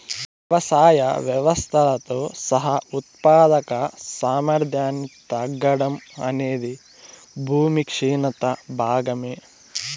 వ్యవసాయ వ్యవస్థలతో సహా ఉత్పాదక సామర్థ్యాన్ని తగ్గడం అనేది భూమి క్షీణత భాగమే